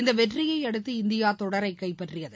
இந்த வெற்றியை அடுத்து இந்தியா தொடரை கைப்பற்றியது